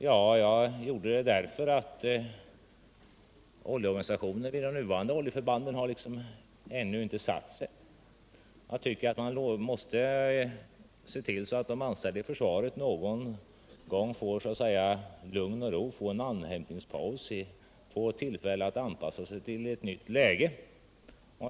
Jag gjorde det därför att OLLI-organisationen vid de nuvarande OLLI-förbanden ännu inte stabiliserat sig. Jag tycker man måste se till att de anställda i försvaret någon gång kan få en andhämtningspaus och få tillfälle att anpassa sig till ett nytt läge.